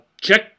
check